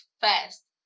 fast